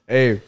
Hey